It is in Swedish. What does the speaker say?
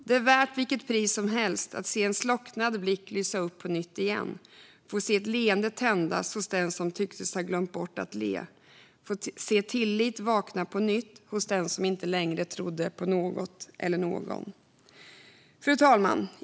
"Det är värt vilket pris som helst att se en slocknad blick lysa upp på nytt igen, få se ett leende tändas hos den som tycktes ha glömt bort att le, få se tillit vakna på nytt hos den som inte längre trodde på något eller Någon."